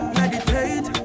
meditate